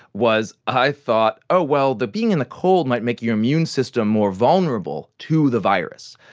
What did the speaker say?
was i thought, oh well, the being in the cold might make your immune system more vulnerable to the virus.